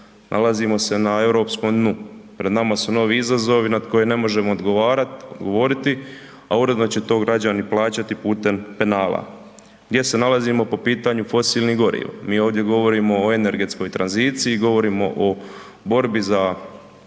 Nalazimo se na europskom dnu, pred nama su novi izazovi nad koje ne možemo odgovarat, odgovoriti, a uredno će to građani plaćati putem penala. Gdje se nalazimo po pitanju fosilnih goriva? Mi ovdje govorimo o energetskoj tranziciji, govorimo o borbi za